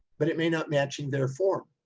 but it may not matching their form.